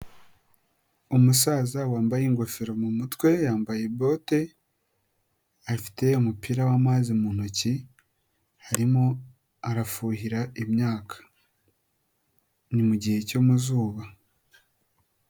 Umusaza wambaye ingofero mu mutwe, yambaye bote, afite umupira w'amazi mu ntoki, arimo arafuhira imyaka. Ni mugihe cyo mu zuba.